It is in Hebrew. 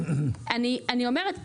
אני אומרת,